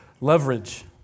leverage